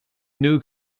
new